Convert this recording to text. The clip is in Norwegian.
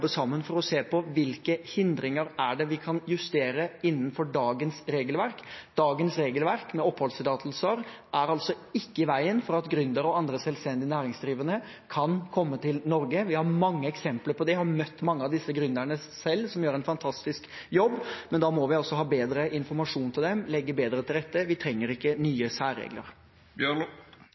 sammen for å se på hvilke hindringer vi kan justere innenfor dagens regelverk. Dagens regelverk med oppholdstillatelser er altså ikke i veien for at gründere og andre selvstendig næringsdrivende kan komme til Norge. Vi har mange eksempler på det. Jeg har selv møtt mange av disse gründerne, som gjør en fantastisk jobb, men da må vi altså ha bedre informasjon til dem, legge bedre til rette. Vi trenger ikke nye særregler.